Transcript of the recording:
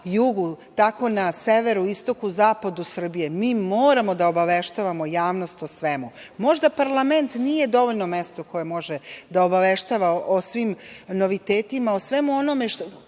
jugu, tako na severu, istoku, zapadu Srbije mi moramo da obaveštavamo javnost o svemu. Možda parlament nije dovoljno mesto koje može da obaveštava o svim novitetima, o našem putu kojim